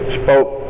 spoke